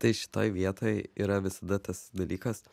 tai šitoj vietoj yra visada tas dalykas